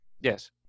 Yes